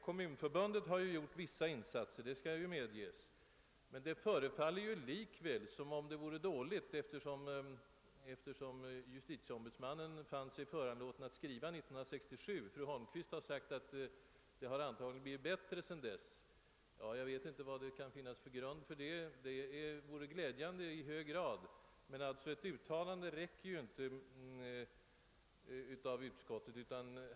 Kommunförbundet har gjort vissa insatser — det skall medges — men det förefaller likväl som om det på det stora hela taget alltjämt vore dåligt beställt, eftersom justitieombudsmannen år 1967 fann sig föranlåten att hos Kungl. Maj:t påtala denna brist. Fru Holmqvist sade att det antagligen har blivit bättre sedan dess. Jag vet inte vad det kan finnas för grund för det antagandet; det är naturligtvis i hög grad glädjande om uppgiften är riktig. Ett uttalande av utskottet och riksdagen i dag räcker nog inte långt.